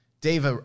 Dave